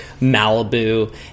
Malibu